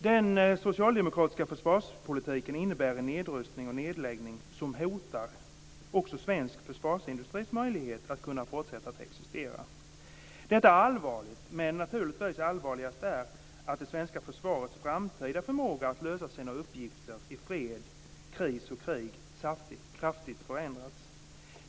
Den socialdemokratiska försvarspolitiken innebär en nedrustning och nedläggning som hotar också svensk försvarsindustris möjlighet att kunna fortsätta att existera. Detta är allvarligt, men allvarligast är naturligtvis att det svenska försvarets framtida förmåga att lösa sina uppgifter i fred, kris och krig kraftigt förändrats.